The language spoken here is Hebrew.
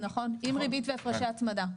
נכון, לקחת לו מס, עם ריבית והפרשי הצמדה.